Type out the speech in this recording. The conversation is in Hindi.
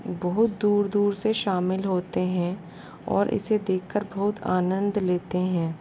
बहुत दूर दूर से शामिल होते हैं और इसे देखकर बहुत आनंद लेते हैं